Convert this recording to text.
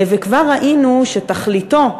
וכבר ראינו שתכליתו,